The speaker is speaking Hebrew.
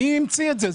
מי המציא את זה?